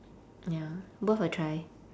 ya worth a try